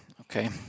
Okay